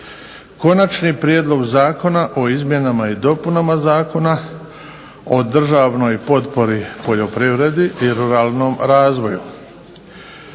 Konačni prijedlog zakona o izmjenama i dopunama Zakona o državnoj potpori poljoprivredi i ruralnom razvoju,